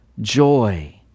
joy